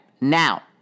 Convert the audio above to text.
now